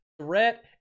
threat